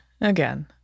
again